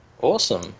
Awesome